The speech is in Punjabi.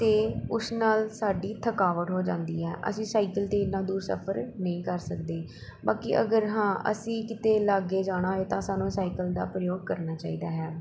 ਅਤੇ ਉਸ ਨਾਲ ਸਾਡੀ ਥਕਾਵਟ ਹੋ ਜਾਂਦੀ ਹੈ ਅਸੀਂ ਸਾਈਕਲ 'ਤੇ ਇੰਨਾ ਦੂਰ ਸਫ਼ਰ ਨਹੀਂ ਕਰ ਸਕਦੇ ਬਾਕੀ ਅਗਰ ਹਾਂ ਅਸੀਂ ਕਿਤੇ ਲਾਗੇ ਜਾਣਾ ਹੋਏ ਤਾਂ ਸਾਨੂੰ ਸਾਈਕਲ ਦਾ ਪ੍ਰਯੋਗ ਕਰਨਾ ਚਾਹੀਦਾ ਹੈ